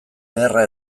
beharra